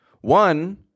One